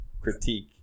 critique